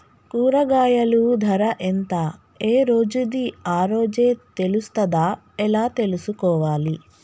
కూరగాయలు ధర ఎంత ఏ రోజుది ఆ రోజే తెలుస్తదా ఎలా తెలుసుకోవాలి?